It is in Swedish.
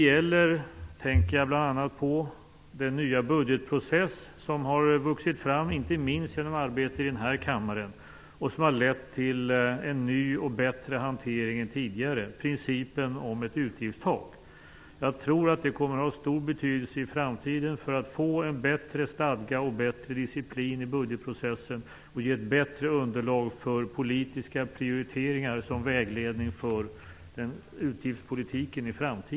Jag tänker bl.a. på den nya budgetprocess som har vuxit fram inte minst genom arbete i den här kammaren och som har lett till en ny och bättre hantering än tidigare och principen om ett utgiftstak. Jag tror att det kommer att ha stor betydelse i framtiden för att få en bättre stadga och disciplin i budgetprocessen, och att det kommer att ge ett bättre underlag för politiska prioriteringar som vägledning för utgiftspolitiken.